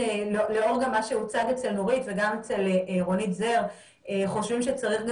לאור מה שהוצג אצל נורית וגם אצל רונית זר אנחנו חושבים שצריך גם